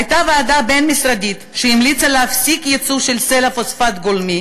הייתה ועדה בין-משרדית שהמליצה להפסיק את הייצוא של סלע פוספט גולמי